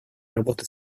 работы